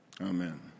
Amen